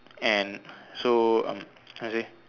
and so mm how to say